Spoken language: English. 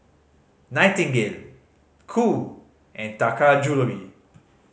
Nightingale Qoo and Taka Jewelry